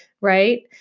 right